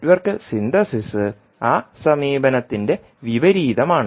network synthesis ആ സമീപനത്തിന്റെ വിപരീതമാണ്